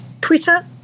Twitter